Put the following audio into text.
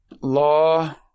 Law